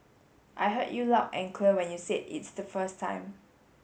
I heard you loud and clear when you said it's the first time